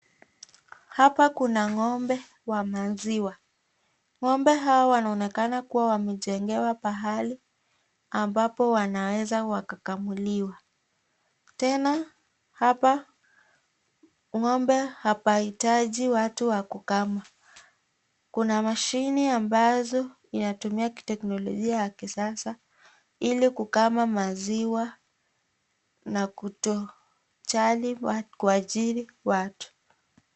Hapa kuna ng'ombe wa maziwa , ng'ombe hawa wanaonekana kuwa wamejengewa pahali ambapo wanaweza wakakamuliwa , tena hapa ng'ombe hapahitaji watu wa kukama, kuna mashini ambazo inatumiwa kiteknolojia ya kisasa ili kukama maziwa na kutojali watu.